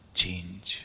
change